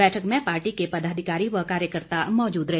बैठक में पार्टी के पदाधिकारी व कार्यकर्ता मौजूद रहे